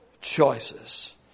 choices